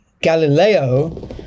Galileo